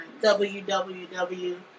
www